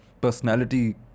personality